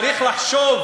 אז המדינה צריכה לשלם